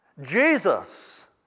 Jesus